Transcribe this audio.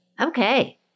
Okay